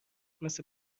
مثه